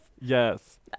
Yes